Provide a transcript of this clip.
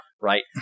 right